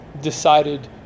decided